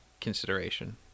consideration